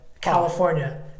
California